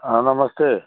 हाँ नमस्ते